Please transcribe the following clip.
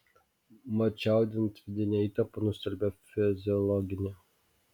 mat čiaudint vidinę įtampą nustelbia fiziologinė